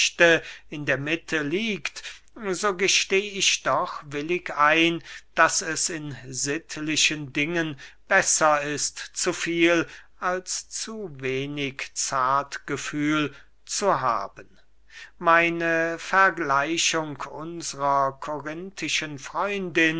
in der mitte liegt so gesteh ich doch willig ein daß es in sittlichen dingen besser ist zu viel als zu wenig zartgefühl zu haben meine vergleichung unsrer korinthischen freundin